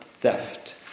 theft